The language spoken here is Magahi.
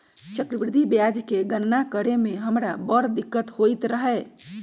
चक्रवृद्धि ब्याज के गणना करे में हमरा बड़ दिक्कत होइत रहै